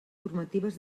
formatives